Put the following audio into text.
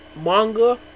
manga